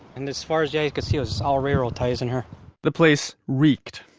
and as far as the eye could see, it was all railroad ties in here the place reeked.